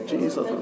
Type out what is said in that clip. Jesus